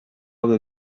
will